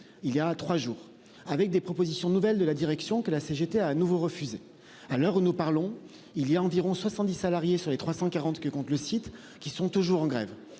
il y a 3 jours avec des propositions nouvelles de la direction que la CGT a à nouveau refusé à l'heure où nous parlons, il y a environ 70 salariés sur les 340 que compte le site, qui sont toujours en grève.